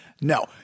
No